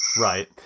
Right